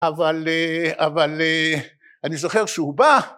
אבל אני זוכר שהוא בא